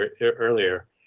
earlier